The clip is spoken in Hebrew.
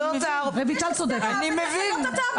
אני מבין.